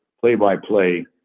play-by-play